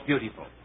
beautiful